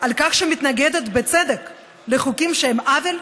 על כך שהיא מתנגדת בצדק לחוקים שהם עוול,